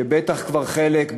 שבטח כבר חלק,